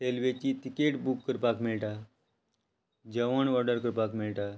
रेल्वेची ticket book करपाक मेळटा जेवण ऑर्डर करपाक मेळटा